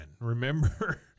remember